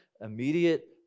immediate